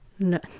no